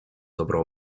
dobrą